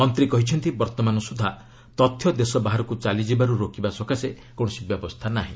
ମନ୍ତ୍ରୀ କହିଛନ୍ତି ବର୍ତ୍ତମାନ ସୁଦ୍ଧା ତଥ୍ୟ ଦେଶ ବାହାରକୁ ଚାଲିଯିବାରୁ ରୋକିବା ସକାଶେ କୌଣସି ବ୍ୟବସ୍ଥା ନାହିଁ